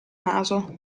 naso